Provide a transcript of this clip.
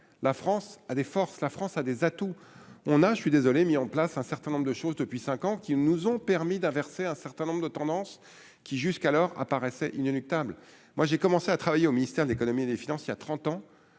la France a des forces, la France a des atouts, on a je suis désolée, mis en place un certain nombre de choses depuis 5 ans qu'ils nous ont permis d'inverser un certain nombre de tendance qui jusqu'alors apparaissait inéluctable, moi j'ai commencé à travailler au ministère de l'Économie et des finances, il y a 30 ans,